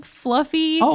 fluffy